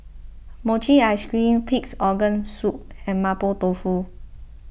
Mochi Ice Cream Pig's Organ Soup and Mapo Tofu